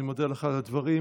אני מודה לך על הדברים.